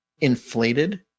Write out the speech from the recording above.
inflated